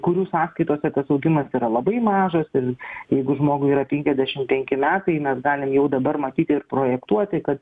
kurių sąskaitose tas augimas yra labai mažas ir jeigu žmogui yra penkiasdešim penki metai mes galim jau dabar matyti ir projektuoti kad